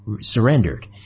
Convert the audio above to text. surrendered